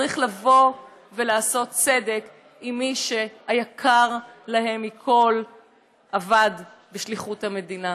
צריך לעשות צדק עם מי שהיקר להן מכול אבד בשליחות המדינה.